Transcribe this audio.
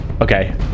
Okay